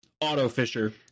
auto-fisher